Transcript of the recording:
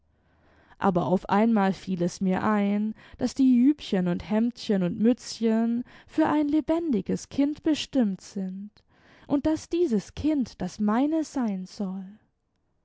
aber auf einmal fiel es mir ein daß die jüpchen und hemdchen und mützchen für ein lebendiges kind bestimmt sind und daß dieses kind das meine sein soll